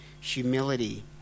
humility